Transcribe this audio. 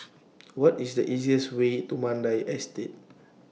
What IS The easiest Way to Mandai Estate